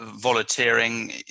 volunteering